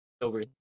over